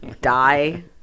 die